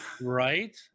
Right